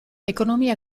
ekonomia